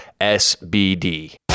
SBD